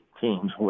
teams